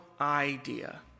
idea